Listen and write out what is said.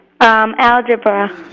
Algebra